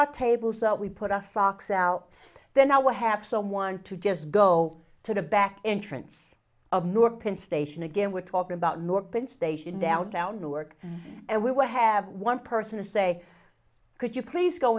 our tables out we put our socks out then i would have someone to just go to the back entrance of newark penn station again we're talking about nor penn station downtown newark and we would have one person to say could you please go